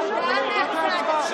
הודעה מהצד אפשר?